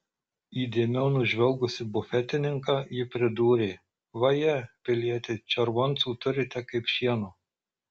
įdėmiau nužvelgusi bufetininką ji pridūrė vaje pilieti červoncų turite kaip šieno